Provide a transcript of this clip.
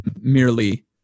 merely